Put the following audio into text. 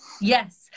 Yes